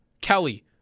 Kelly